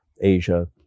Asia